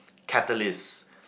catalyst